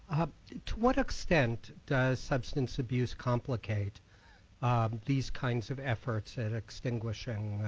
what extent does substance abuse complicate these kinds of efforts at extinguishing